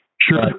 sure